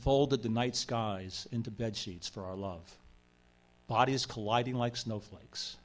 unfolded the night skies into bed sheets for our love bodies colliding like snowflakes